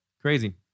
Crazy